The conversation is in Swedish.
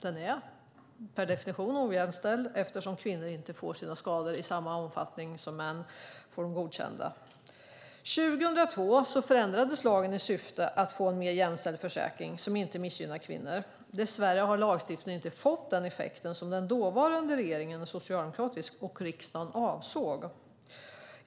Den är per definition ojämställd eftersom kvinnor inte får sina skador godkända i samma omfattning som män. År 2002 förändrades lagen i syfte att få en mer jämställd försäkring som inte missgynnar kvinnor. Dess värre har lagstiftningen inte fått den effekt som den dåvarande regeringen, socialdemokratisk, och riksdagen avsåg.